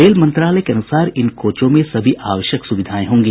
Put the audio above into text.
rail मंत्रालय के अनुसार इन कोचों में सभी आवश्यक सुविधाएं होंगी